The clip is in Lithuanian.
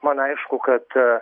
man aišku kad a